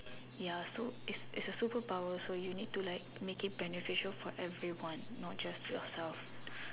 ya so it's it's a superpower so you need to like make it beneficial for everyone not just yourself